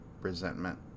resentment